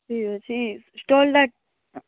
ଠିକ୍ ଅଛି ଷ୍ଟଲ୍ଟା